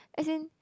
as in